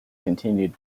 continued